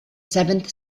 seventh